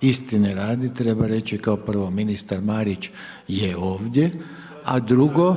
istine radi, treba reći, kao prvo ministar Marić je ovdje, a drugo,